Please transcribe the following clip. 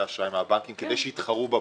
האשראי מהבנקים כדי שיתחרו בבנקים.